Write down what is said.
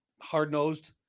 Hard-nosed